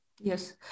Yes